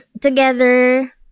together